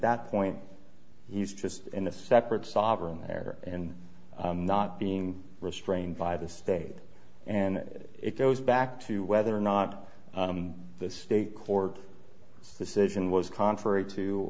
that point he's just in a separate sovereign there and not being restrained by the state and it goes back to whether or not the state court decision was contrary to